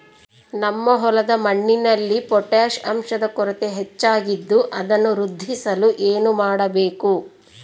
ನಮ್ಮ ಹೊಲದ ಮಣ್ಣಿನಲ್ಲಿ ಪೊಟ್ಯಾಷ್ ಅಂಶದ ಕೊರತೆ ಹೆಚ್ಚಾಗಿದ್ದು ಅದನ್ನು ವೃದ್ಧಿಸಲು ಏನು ಮಾಡಬೇಕು?